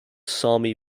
sami